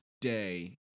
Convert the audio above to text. day